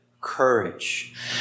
courage